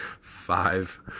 five